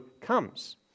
comes